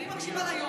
אני מקשיבה ליו"ר.